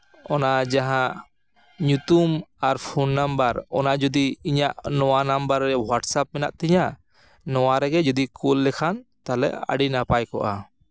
ᱚᱱᱟ ᱡᱟᱦᱟᱸ ᱧᱩᱛᱩᱢ ᱟᱨ ᱯᱷᱳᱱ ᱱᱟᱢᱵᱟᱨ ᱚᱱᱟ ᱡᱩᱫᱤ ᱤᱧᱟᱹᱜ ᱱᱚᱣᱟ ᱱᱟᱢᱵᱟᱨ ᱨᱮ ᱦᱳᱣᱟᱴᱥᱮᱯ ᱢᱮᱱᱟᱜ ᱛᱤᱧᱟ ᱱᱚᱣᱟ ᱨᱮᱜᱮ ᱡᱩᱫᱤ ᱠᱩᱞ ᱞᱮᱠᱷᱟᱱ ᱛᱟᱦᱚᱞᱮ ᱟᱹᱰᱤ ᱱᱟᱯᱟᱭ ᱠᱚᱜᱼᱟ